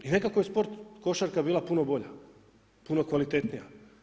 I nekako je sport, košarka, bila puno bolja, puno kvalitetnija.